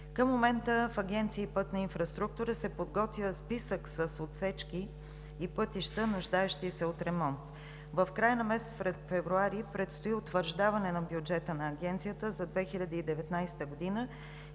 Към момента в Агенция „Пътна инфраструктура“ се подготвя списък с отсечки и пътища, нуждаещи се от ремонт. В края на месец февруари предстои утвърждаване на бюджета на Агенцията за 2019 г. и